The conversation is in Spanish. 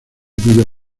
video